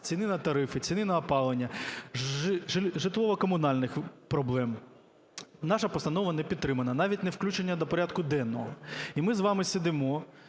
ціни на тарифи, ціни на опалення, житлово-комунальних проблем. Наша постанова не підтримана навіть не включена до порядку денного. І ми з вами сидимо